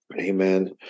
amen